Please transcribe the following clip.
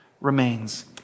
remains